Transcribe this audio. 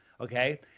okay